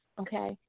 okay